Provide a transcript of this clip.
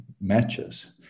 matches